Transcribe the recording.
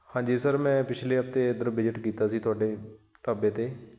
ਹਾਂਜੀ ਸਰ ਮੈਂ ਪਿਛਲੇ ਹਫ਼ਤੇ ਇੱਧਰ ਵਿਜਿਟ ਕੀਤਾ ਸੀ ਤੁਹਾਡੇ ਢਾਬੇ 'ਤੇ